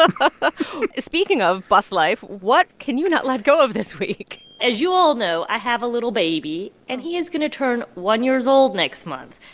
ah but speaking of bus life, what can you not let go of this week? as you all know, i have a little baby, and he is going to turn one years old next month.